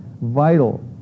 vital